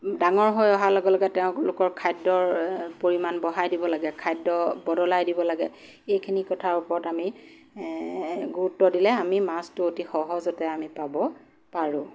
ডাঙৰ হৈ অহাৰ লগে লগে তেওঁলোকৰ খাদ্যৰ পৰিমাণ বঢ়াই দিব লাগে খাদ্য বদলাই দিব লাগে এইখিনি কথাৰ ওপৰত আমি এ গুৰুত্ব দিলে আমি মাছটো অতি সহজতে আমি পাব পাৰোঁ